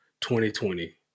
2020